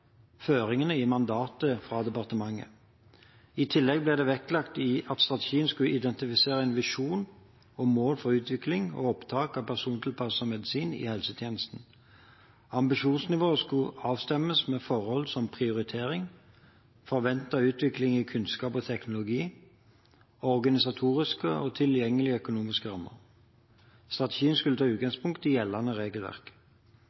føringene i mandatet fra departementet. I tillegg ble det vektlagt at strategien skulle identifisere en visjon om mål for utvikling og opptak av persontilpasset medisin i helsetjenesten. Ambisjonsnivået skulle avstemmes med forhold som prioritering, forventet utvikling i kunnskap og teknologi og organisatoriske og tilgjengelige økonomiske rammer. Strategien skulle ta